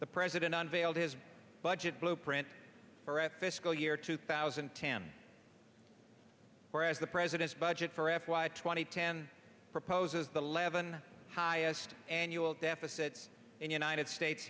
the president unveiled his budget blueprint for a fiscal year two thousand and ten whereas the president's budget for f y twenty ten proposes the levon highest annual deficit in united states